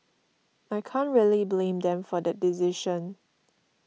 I can't really blame them for that decision